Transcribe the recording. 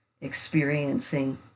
experiencing